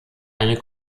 eine